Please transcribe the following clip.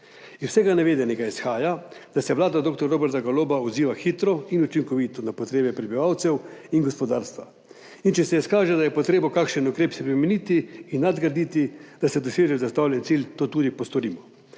Iz vsega navedenega izhaja, da se vlada dr. Roberta Goloba odziva hitro in učinkovito na potrebe prebivalcev in gospodarstva in če se izkaže, da je treba kakšen ukrep spremeniti in nadgraditi, da se doseže zastavljen cilj, to tudi postorimo.